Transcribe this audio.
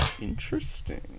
Interesting